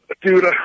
Dude